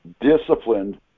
disciplined